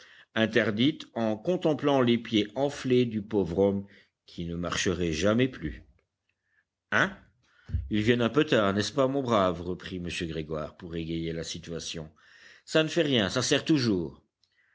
interdite en contemplant les pieds enflés du pauvre homme qui ne marcherait jamais plus hein ils viennent un peu tard n'est-ce pas mon brave reprit m grégoire pour égayer la situation ça ne fait rien ça sert toujours